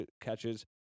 catches